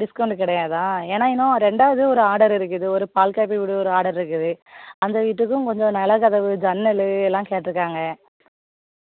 discount கிடையாதா ஏன்னால் இன்னும் ரெண்டாவது ஒரு ஆர்டரு இருக்குது ஒரு பால் காப்பி வீடு ஒரு ஆர்டர் இருக்குது அந்த வீட்டுக்கும் கொஞ்சம் நிலக்கதவு ஜன்னல் எல்லாம் கேட்டிருக்காங்க